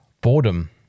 Boredom